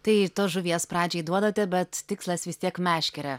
tai tos žuvies pradžiai duodate bet tikslas vis tiek meškerę